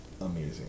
amazing